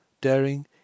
daring